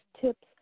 tips